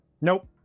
Nope